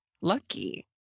lucky